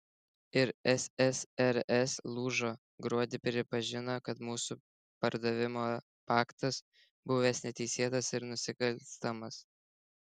ir ssrs lūžo gruodį pripažino kad mūsų pardavimo paktas buvęs neteisėtas ir nusikalstamas